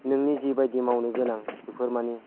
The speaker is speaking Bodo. नोंनि जिबायदि मावनो गोनां बिफोर मानि